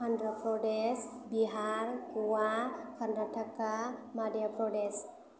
Andhra Pradesh Bihar Goa Karnataka Madhya Pradesh